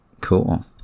Cool